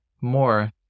more